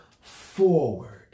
forward